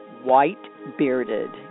white-bearded